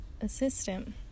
assistant